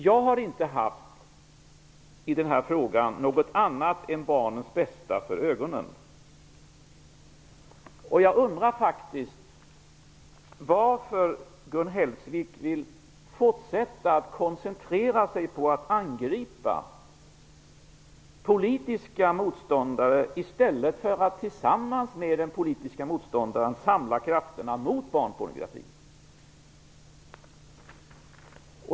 Jag har inte haft i denna fråga något annat än barnens bästa för mina ögon. Jag undrar faktiskt varför Gun Hellsvik vill fortsätta att koncentrera sig på att angripa politiska motståndare i stället för att tillsammans med den politiske motståndaren samla krafterna mot barnpornografi.